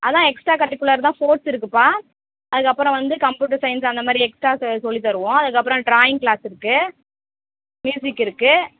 அதான் extra curricular தான் sports இருக்குதுப்பா அதுக்கப்புறம் வந்து கம்ப்யூட்டர் சைன்ஸ் அந்த மாதிரி எக்ஸ்ட்ரா சொ சொல்லி தருவோம் அதுக்கு அப்புறம் ட்ராயிங் க்ளாஸ் இருக்குது மியூசிக் இருக்குது